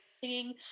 singing